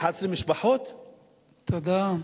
11 משפחות ששולטות, תודה.